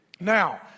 Now